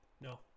No